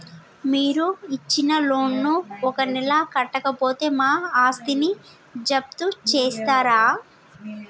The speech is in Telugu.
మీరు ఇచ్చిన లోన్ ను ఒక నెల కట్టకపోతే మా ఆస్తిని జప్తు చేస్తరా?